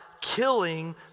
killing